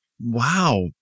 Wow